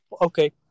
Okay